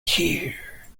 here